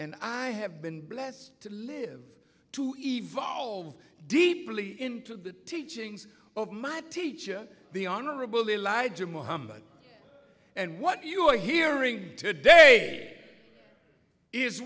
and i have been blessed to live to evolve deeply into the teachings of my teacher the honorable elijah muhammad and what you're hearing today is